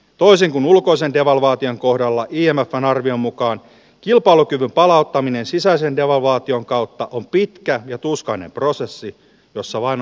toisin kun ulkoisen devalvaation kohdalla ja napan arvion mukaan kilpalukyvyn palauttaminen sisäisen devalvaation kautta on pitkä ja tuskainen prosessi jossa vain